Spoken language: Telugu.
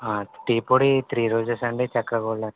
టీ పొడి త్రీ రోజస్సా అండి చక్రా గోల్డా